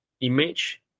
image